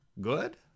good